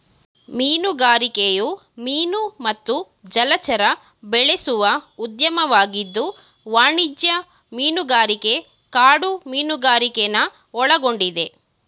ಮೀನುಗಾರಿಕೆಯು ಮೀನು ಮತ್ತು ಜಲಚರ ಬೆಳೆಸುವ ಉದ್ಯಮವಾಗಿದ್ದು ವಾಣಿಜ್ಯ ಮೀನುಗಾರಿಕೆ ಕಾಡು ಮೀನುಗಾರಿಕೆನ ಒಳಗೊಂಡಿದೆ